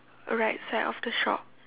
right side of the shop